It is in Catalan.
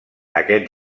aquest